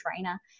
trainer